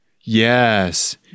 yes